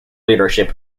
leadership